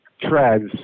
treads